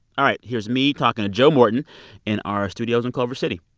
all right. here's me talking to joe morton in our studios in culver city.